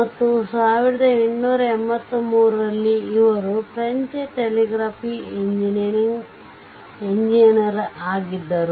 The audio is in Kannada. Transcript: ಮತ್ತು 1883 ರಲ್ಲಿ ಅವರು ಫ್ರೆಂಚ್ ಟೆಲಿಗ್ರಾಫ್ ಎಂಜಿನಿಯರ್ ಆಗಿದ್ದರು